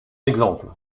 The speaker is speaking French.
exemple